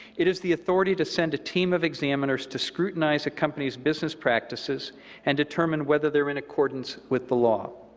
it is the authority to send a team of examiners to scrutinize a company's business practices and determine whether they are in accordance with the law.